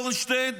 אורנשטיין,